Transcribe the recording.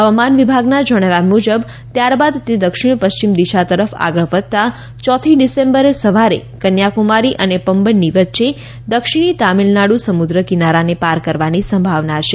હવામાન વિભાગના જણાવ્યા મુજબ ત્યારબાદ દક્ષિણ પશ્ચિમ દિશા તરફ આગળ વધતાં ચોથી ડિસેમ્બરે સવારે કન્યાકુમારી અને પમ્બનની વચ્ચે દક્ષિણી તામિલનાડુ સમુદ્ર કિનારાને પાર કરવાની સંભાવના છે